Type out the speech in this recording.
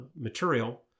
material